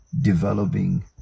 developing